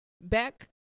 Back